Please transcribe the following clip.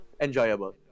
Enjoyable